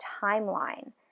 timeline